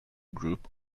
group